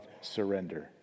surrender